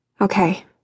Okay